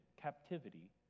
captivity